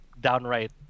downright